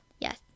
yes